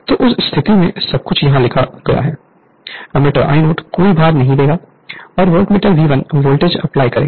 तो उस स्थिति में सब कुछ यहाँ लिखा गया है एम्मीटर I0 कोई भार नहीं देगा और वोल्टमीटर V1 वोल्टेज अप्लाई करेगा